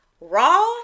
raw